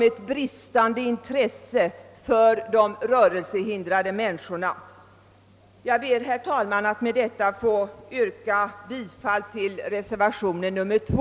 ett uttryck för bristande intresse för de rörelsehindrade, och jag ber att få yrka bifall till reservationen 2.